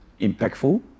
impactful